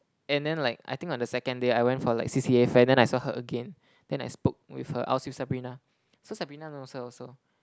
and then like I think on the second day I went for like C_C_A fair then I saw her again then I spoke with her I was with Sabrina so Sabrina knows her also